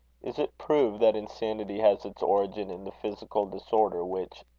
is it proved that insanity has its origin in the physical disorder which,